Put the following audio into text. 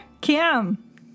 Kim